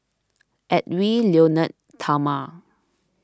Edwy Lyonet Talma